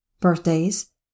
birthdays